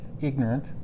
ignorant